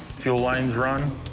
fuel lines run.